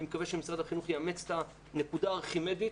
אני מקווה שמשרד החינוך יאמץ את הנקודה הארכימדית